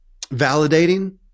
validating